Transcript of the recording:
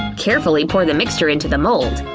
carefully pour the mixture into the mold.